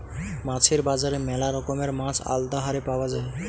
মাছের বাজারে ম্যালা রকমের মাছ আলদা হারে পাওয়া যায়